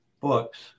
books